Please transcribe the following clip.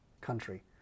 country